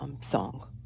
song